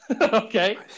Okay